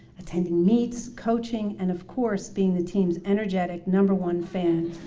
attending meets, coaching, and of course being the team's energetic number one fan